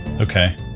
okay